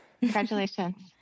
congratulations